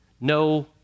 no